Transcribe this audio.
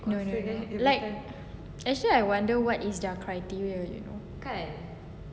like actually I wonder what is their criteria you know